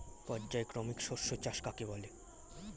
পর্যায়ক্রমিক শস্য চাষ কাকে বলে?